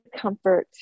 comfort